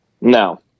No